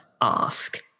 ask